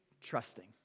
trusting